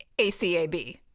acab